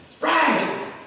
Right